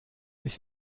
this